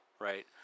right